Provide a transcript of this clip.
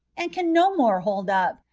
and can no more hold up,